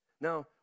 Now